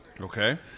Okay